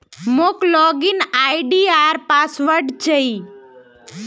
मोक log in ID आर password चाहि